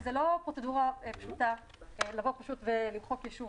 זה לא פרוצדורה פשוטה פשוט למחוק ישוב,